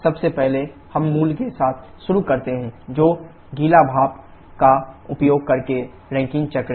सबसे पहले हम मूल के साथ शुरू करते हैं जो गीला भाप का उपयोग करके रैंकिन चक्र है